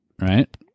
right